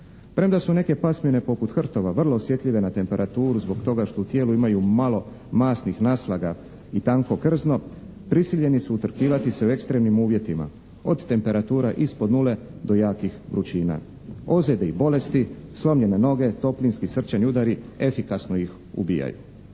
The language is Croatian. Premda su neke pasmine poput hrtova vrlo osjetljive na temperaturu zbog toga što u tijelu imaju malo masnih naslaga i tanko krzno, prisiljeni su utrkivati se u ekstremnim uvjetima od temperatura ispod nule do jakih vrućina. Ozljede i bolesti, slomljene noge, toplinski i srčani udari efikasno ih ubijaju.